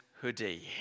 hoodie